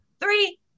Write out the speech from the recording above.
three